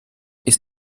ist